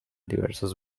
diversos